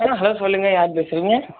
ஆ hello சொல்லுங்கள் யார் பேசுகிறிங்க